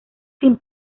sin